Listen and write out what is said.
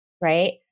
right